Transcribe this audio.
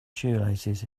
shoelaces